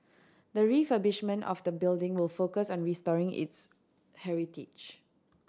the refurbishment of the building will focus on restoring its heritage